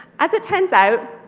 as it turns out,